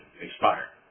expire